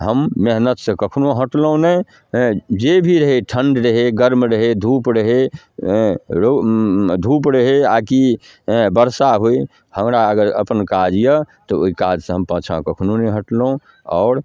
हम मेहनतिसँ कखनहु हटलहुँ नहि हेँ जे भी रहै ठण्ड रहै गरम रहै धूप रहै हेँ रौ धूप रहै आओर कि हेँ बरसा होइ हमरा अगर अपन काज अइ तऽ ओहि काजसँ हम पाछाँ कखनहु नहि हटलहुँ आओर